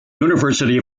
university